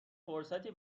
فرصتی